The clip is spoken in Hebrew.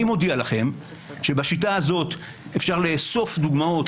אני מודיע לכם שבשיטה הזאת אפשר לאסוף דוגמאות